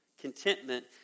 Contentment